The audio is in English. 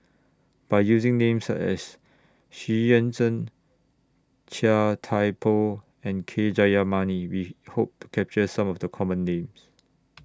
By using Names such as Xu Yuan Zhen Chia Thye Poh and K Jayamani We Hope to capture Some of The Common Names